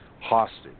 hostage